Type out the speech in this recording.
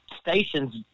stations